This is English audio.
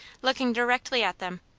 looking directly at them.